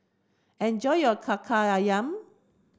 enjoy your Kaki Ayam